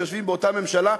שיושבים באותה ממשלה,